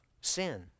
sin